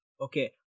okay